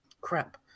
crap